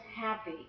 happy